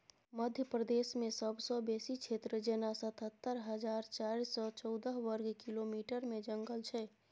मध्य प्रदेशमे सबसँ बेसी क्षेत्र जेना सतहत्तर हजार चारि सय चौदह बर्ग किलोमीटरमे जंगल छै